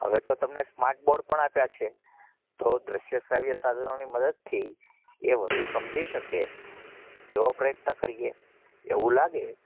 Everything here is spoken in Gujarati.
આવે તો તમને સ્માર્ટ બોર્ડ પણ આપ્યા છે તો દ્રશ્ય શ્રાવ્યની મદદથી એ વધુ સમજી શકે એવો પ્રયત્ન કરીએ એવું લાગે